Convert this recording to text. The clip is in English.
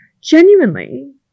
genuinely